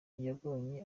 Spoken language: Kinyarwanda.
yabonye